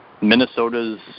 Minnesota's